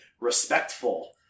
respectful